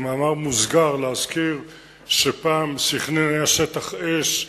במאמר מוסגר נזכיר שפעם סח'נין היתה שטח אש,